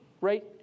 right